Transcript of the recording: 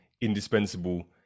indispensable